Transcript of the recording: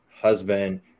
husband